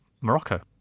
Morocco